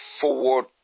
forward